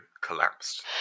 collapsed